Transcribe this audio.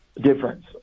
difference